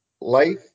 life